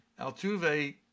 Altuve